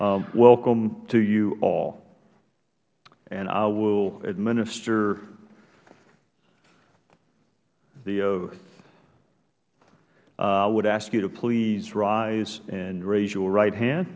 welcome to you all and i will administer the oath i would ask you to please rise and raise your right hand